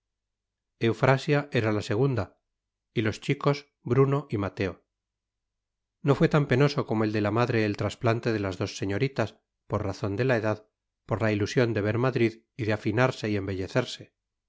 eufrasia era la segunda y los chicos bruno y mateo no fue tan penoso como el de la madre el trasplante de las dos señoritas por razón de la edad por la ilusión de ver madrid y de afinarse y embellecerse